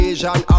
Asian